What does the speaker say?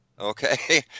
Okay